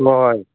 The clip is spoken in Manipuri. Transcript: ꯍꯣꯏ ꯍꯣꯏ